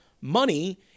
money